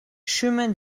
chemin